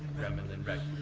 ramblin' wreck,